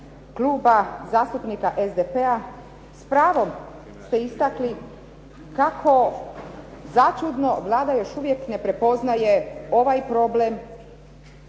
Kluba zastupnika SDP-a s pravom ste istakli kako začudno Vlada još uvijek ne prepoznaje ovaj problem